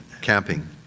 camping